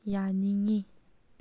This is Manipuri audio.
ꯌꯥꯅꯤꯡꯏ